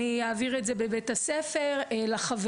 אני אעביר את זה בבית הספר לחברים.